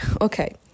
Okay